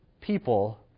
people